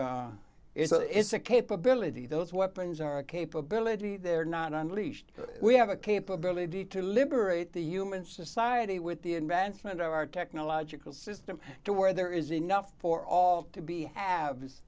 that it's a capability those weapons are a capability they're not on leash we have a capability to liberate the human society with the advancement of our technological system to where there is enough for all to be have